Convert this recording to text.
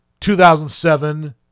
2007